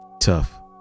tough